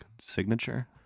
signature